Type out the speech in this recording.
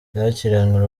yakiranywe